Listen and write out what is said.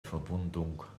verwundung